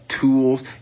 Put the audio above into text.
Tools